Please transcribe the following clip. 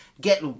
get